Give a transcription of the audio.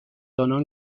آنان